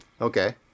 Okay